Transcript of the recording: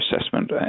assessment